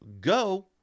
go